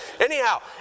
Anyhow